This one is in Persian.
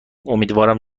امیدوارم